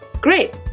Great